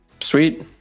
sweet